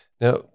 now